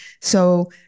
So-